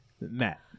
Matt